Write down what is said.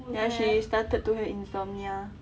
ya she started to have insomnia